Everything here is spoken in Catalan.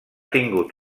tingut